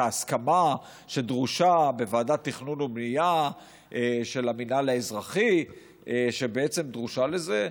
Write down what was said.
ההסכמה שדרושה בוועדת התכנון והבנייה של המינהל האזרחי שדרושה לזה,